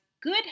good